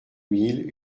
mille